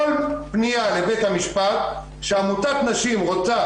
כל פנייה לבית-המשפט שעמותת נשים רוצה